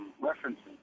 references